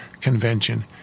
convention